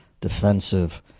defensive